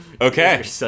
Okay